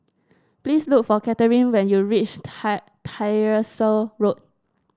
please look for Catherine when you reach Tie Tyersall Road